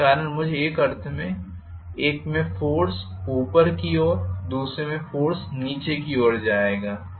जिसके कारण मुझे एक अर्थ में एक में फोर्स ऊपर की ओर और दूसरे में फोर्स नीचे की ओर जाएगा